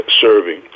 serving